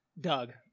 Doug